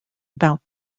about